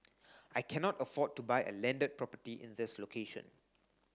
I cannot afford to buy a landed property in this location